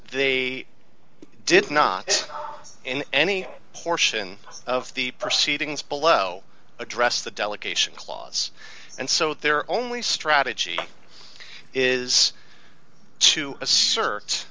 they did not in any portion of the proceedings below address the delegation clause and so their only strategy is to assert